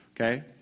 okay